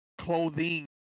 clothing